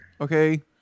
okay